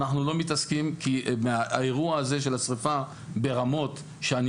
אנחנו לא מתעסקים כי האירוע הזה של השריפה ברמות שאני